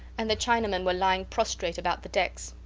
and the chinamen were lying prostrate about the decks.